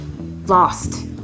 lost